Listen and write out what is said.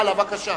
הלאה, בבקשה.